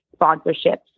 sponsorships